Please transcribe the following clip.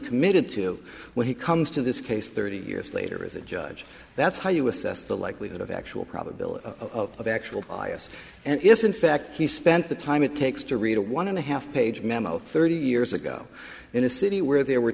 committed to when he comes to this case thirty years later as a judge that's how you assess the likelihood of actual probability of actual bias and if in fact he spent the time it takes to read a one and a half page memo thirty years ago in a city where there were